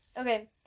Okay